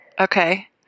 okay